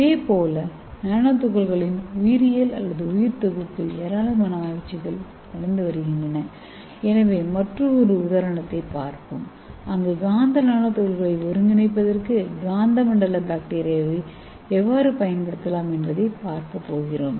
இதேபோல் நானோ துகள்களின் உயிரியல் அல்லது உயிர் தொகுப்பில் ஏராளமான ஆராய்ச்சிகள் நடந்து வருகின்றன எனவே மற்றொரு உதாரணத்தைப் பார்ப்போம் அங்கு காந்த நானோ துகள்களை ஒருங்கிணைப்பதற்கு காந்தமண்டல பாக்டீரியாவை எவ்வாறு பயன்படுத்தலாம் என்பதைப் பார்க்கப்போகிறோம்